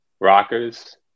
Rockers